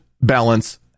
balance